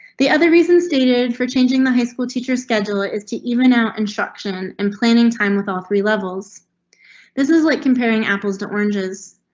the other reason stated for changing the high school teacher schedule is to even out instruction and planning time with all three levels this is like comparing apples to oranges.